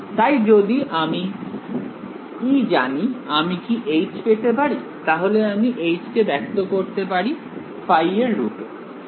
তাই যদি আমি জানি আমি কি পেতে পারি তাহলে আমি কে ব্যক্ত করতে পারি ϕ এর রূপে